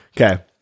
Okay